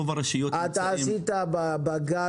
רוב הרשויות נמצאות --- אתה עשית בגג?